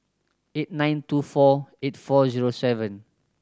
eight nine two four eight four zero seven